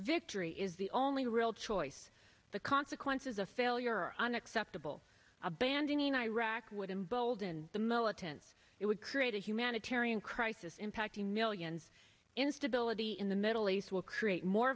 victory is the only real choice the consequences of failure are unacceptable abandoning iraq would embolden the militants it would create a humanitarian crisis impacting millions instability in the middle east will create more